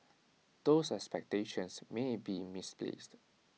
those expectations may be misplaced